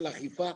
של אכיפה,